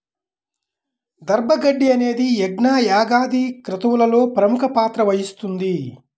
దర్భ గడ్డి అనేది యజ్ఞ, యాగాది క్రతువులలో ప్రముఖ పాత్ర వహిస్తుంది